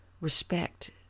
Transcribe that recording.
respect